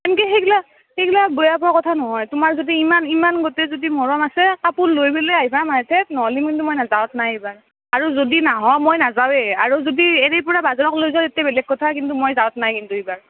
এংকে সেইগিলা সেইগিলা বেয়া পোৱা কথা নহয় তোমাৰ যদি ইমান ইমান গোটেই যদি মৰম আছে কাপোৰ লৈ পেলাই আহিবা মায়েৰ তাত নহ'লে কিন্তু মই যোৱাত নাই এইবাৰ আৰু যদি নাহ মই নাযাওঁয়েই আৰু যদি এৰি পেলাই বেলেগক লৈ যোৱা তেতিয়া বেলেগ কথা কিন্তু মই যোৱাত নাই কিন্তু এইবাৰ